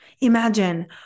Imagine